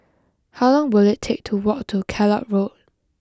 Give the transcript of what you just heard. how long will it take to walk to Kellock Road